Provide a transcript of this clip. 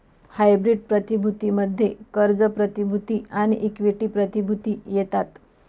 hybrid प्रतिभूती मध्ये कर्ज प्रतिभूती आणि इक्विटी प्रतिभूती येतात